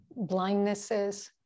blindnesses